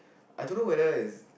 I dunno whether is